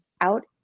out